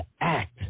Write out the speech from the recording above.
act